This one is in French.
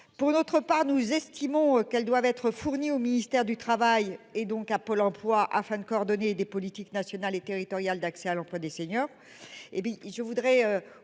Pour notre part, nous estimons qu'elles doivent être fournis au ministère du Travail et donc à Pôle Emploi afin de coordonner des politiques nationales et territoriales d'accès à l'emploi des seniors.